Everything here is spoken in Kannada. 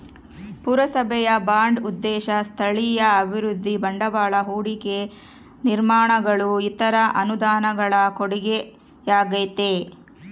ಪುರಸಭೆಯ ಬಾಂಡ್ ಉದ್ದೇಶ ಸ್ಥಳೀಯ ಅಭಿವೃದ್ಧಿ ಬಂಡವಾಳ ಹೂಡಿಕೆ ನಿರ್ಮಾಣಗಳು ಇತರ ಅನುದಾನಗಳ ಕೊಡುಗೆಯಾಗೈತೆ